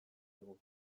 digu